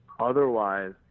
otherwise